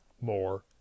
more